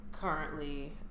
currently